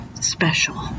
special